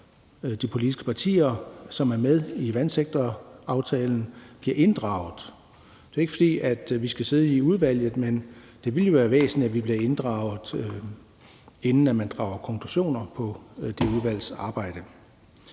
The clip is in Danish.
de politiske partier, som er med i vandsektoraftalen, bliver inddraget? Det er ikke, fordi vi skal sidde i udvalget, men det ville være væsentligt, at vi bliver inddraget, inden man drager konklusioner på det udvalgsarbejde.